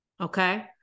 Okay